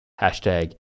Hashtag